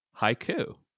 haiku